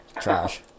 trash